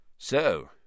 So